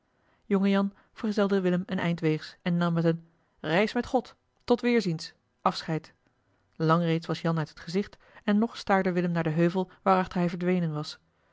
jongejan vergezelde willem een eind weegs en nam met een reis met god tot weerziens afscheid lang reeds was jan uit het gezicht en nog staarde willem naar den heuvel waarachter hij verdwenen was